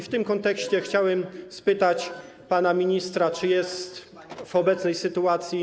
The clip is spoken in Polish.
W tym kontekście chciałbym spytać pana ministra, czy jest w obecnej sytuacji.